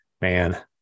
man